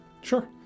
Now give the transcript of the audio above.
Sure